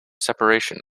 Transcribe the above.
separation